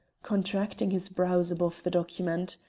contracting his brows above the document.